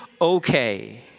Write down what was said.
okay